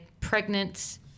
pregnant